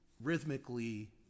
rhythmically